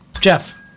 Jeff